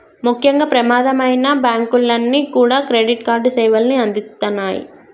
ముఖ్యంగా ప్రమాదమైనా బ్యేంకులన్నీ కూడా క్రెడిట్ కార్డు సేవల్ని అందిత్తన్నాయి